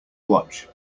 watch